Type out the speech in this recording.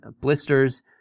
blisters